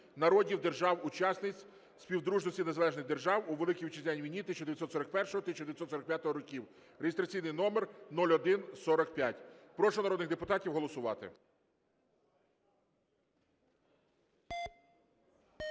народів держав-учасниць Співдружності Незалежних Держав у Великій Вітчизняній війни 1941-1945 років (реєстраційний номер 0145). Прошу народних депутатів голосувати.